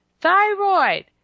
Thyroid